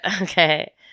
Okay